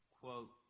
quote